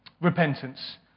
Repentance